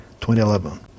2011